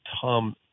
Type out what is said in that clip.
Tom